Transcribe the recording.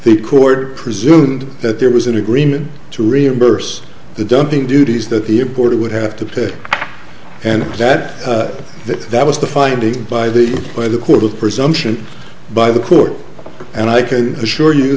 the court presumed that there was an agreement to reimburse the dumping duties that the imported would have to pay and that that that was the finding by the by the court of presumption by the court and i can assure you